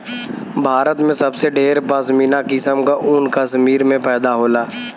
भारत में सबसे ढेर पश्मीना किसम क ऊन कश्मीर में पैदा होला